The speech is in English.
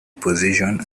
position